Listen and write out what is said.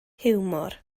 hiwmor